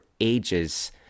ages